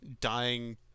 dying